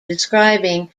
describing